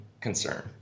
concern